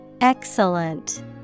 Excellent